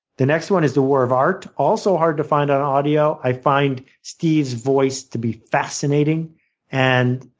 the next one is the war of art, also hard to find on audio. i find steve's voice to be fascinating and